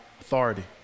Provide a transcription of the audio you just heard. authority